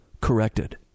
corrected